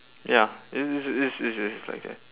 ya is is is is is is like that